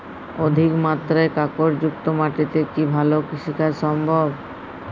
অধিকমাত্রায় কাঁকরযুক্ত মাটিতে কি ভালো কৃষিকাজ সম্ভব?